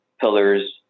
pillars